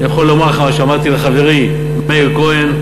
אני יכול לומר לך מה שאמרתי לחברי מאיר כהן.